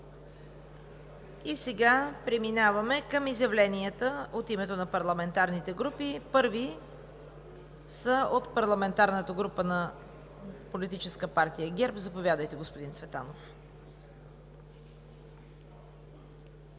Преминаваме към изявленията от името на парламентарните групи. Първа е парламентарната група на Политическа партия ГЕРБ. Заповядайте, господин Цветанов.